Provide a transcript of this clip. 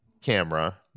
camera